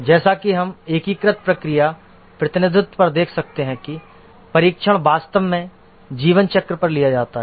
जैसा कि हम एकीकृत प्रक्रिया प्रतिनिधित्व पर देख सकते हैं कि परीक्षण वास्तव में जीवन चक्र पर किया जाता है